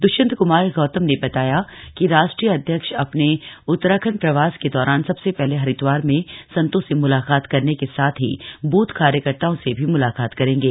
दुष्यंत कुमार गौतम ने बताया कि राष्ट्रीय अध्यक्ष अपने उत्त्राखण्ड प्रवास के दौरान सबसे पहले हरिद्वार में संतो से मुलाकात करने के साथ ही बूथ कार्यकर्ताओं से भी मुलाकात करेंगे